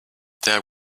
there